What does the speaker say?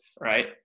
right